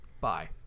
Bye